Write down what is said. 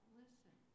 listen